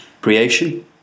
creation